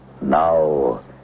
Now